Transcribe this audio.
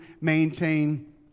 maintain